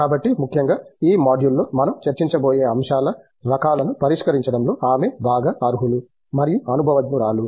కాబట్టి ముఖ్యంగా ఈ మాడ్యూల్లో మనం చర్చించబోయే అంశాల రకాలను పరిష్కరించడంలో ఆమె బాగా అర్హులు మరియు అనుభవజ్ఞురాలు